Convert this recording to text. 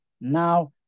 now